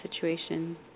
situation